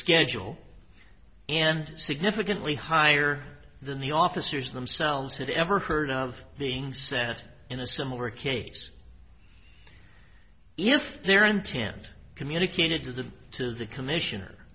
schedule and significantly higher than the officers themselves had ever heard of being set in a similar case if their intent communicated to the to the commissioner